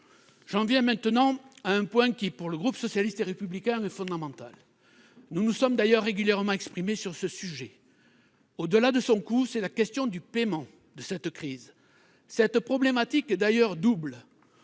J'en viens maintenant à un point qui, pour le groupe socialiste et républicain, est fondamental. Nous nous sommes d'ailleurs régulièrement exprimés sur ce sujet. Au-delà de son coût, c'est la question du paiement de la crise qui nous intéresse. La problématique est d'ailleurs double.